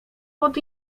pod